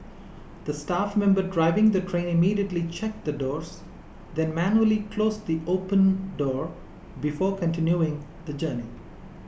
the staff member driving the train immediately checked the doors then manually closed the open door before continuing the journey